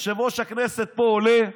יושב-ראש הכנסת פה עולה,